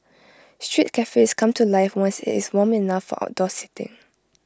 street cafes come to life once IT is warm enough for outdoor seating